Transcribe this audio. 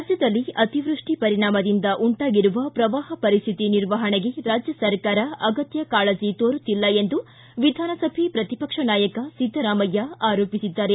ರಾಜ್ಯದಲ್ಲಿ ಅತಿವೃಸ್ವಿ ಪರಿಣಾಮದಿಂದ ಉಂಟಾಗಿರುವ ಪ್ರವಾಪ ಪರಿಶ್ಥಿತಿ ನಿರ್ವಹಣೆಗೆ ರಾಜ್ಯ ಸರ್ಕಾರ ಅಗತ್ಯ ಕಾಳಜಿ ತೋರುತ್ತಿಲ್ಲ ಎಂದು ವಿಧಾನಸಭೆ ಪ್ರತಿಪಕ್ಷ ನಾಯಕ ಸಿದ್ದರಾಮಯ್ಯ ಆರೋಪಿಸಿದ್ದಾರೆ